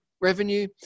revenue